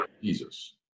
Jesus